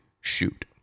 shoot